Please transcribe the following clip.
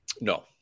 No